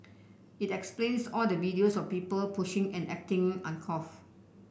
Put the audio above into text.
it explains all the videos of people pushing and acting uncouth